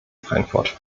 frankfurt